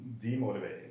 demotivating